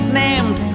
named